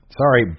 sorry